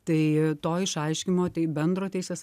tai to išaiškinimo tai bendro teisės